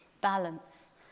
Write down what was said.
balance